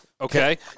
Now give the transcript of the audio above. Okay